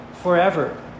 forever